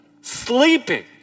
sleeping